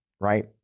right